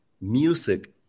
music